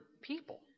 people